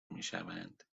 میشوند